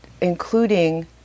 including